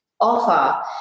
Offer